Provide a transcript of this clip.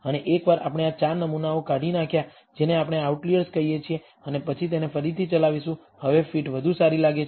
અને એકવાર આપણે આ 4 નમૂનાઓ કાઢી નાખ્યા જેને આપણે આઉટલિઅર્સ કહીએ છીએ અને પછી તેને ફરીથી ચલાવીશું હવે ફીટ વધુ સારી લાગે છે